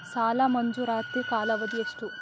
ಸಾಲ ಮಂಜೂರಾತಿ ಕಾಲಾವಧಿ ಎಷ್ಟು?